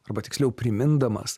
arba tiksliau primindamas